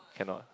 cannot